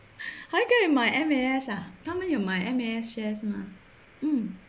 还可以买 M_A_S ah 他们有买 M_A_S shares 是吗 mm